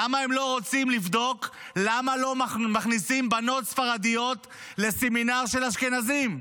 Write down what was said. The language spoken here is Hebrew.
למה הם לא רוצים לבדוק למה לא מכניסים בנות ספרדיות לסמינר של אשכנזים?